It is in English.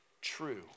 true